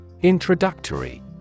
Introductory